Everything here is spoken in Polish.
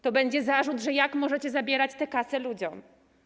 To będzie zarzut, że jak możecie zabierać tę kasę ludziom.